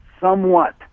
somewhat